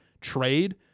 trade